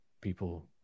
people